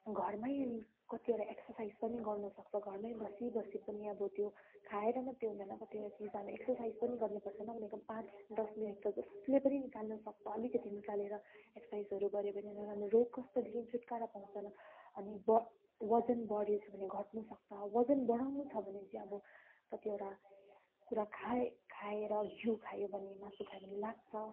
घरमा अनि कतिवटा एक्सर्साइज पनि गर्नु सक्छ घरमा बसी बसी पनि अब त्यो खाएर मात्र हुँदैन कतिवटा चिज हामी एक्सर्साइज पनि गर्नु पर्छ नभनेको पाँच दस मिनट त जसले पनि निकाल्नु सक्छ अलिकति निकालेर एक्सर्साइजहरू गर्यो भने नराम्रो रोग कष्टदेखि छुटकारा पाउँछ अनि ब वजन बढेको छ भने घट्नु सक्छ वजन बढाउनु छ भने चाहिँ अब कतिवटा कुरा खाए खाएर घिउ खायो भने मासु खायो भने लाग्छ तर